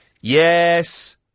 Yes